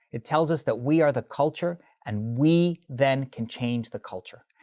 it tells us that we are the culture and we then can change the culture.